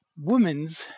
women's